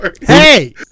hey